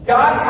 God